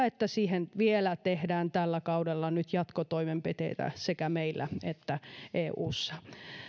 että siihen vielä tehdään tällä kaudella nyt jatkotoimenpiteitä sekä meillä että eussa